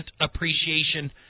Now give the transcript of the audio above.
appreciation